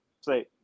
say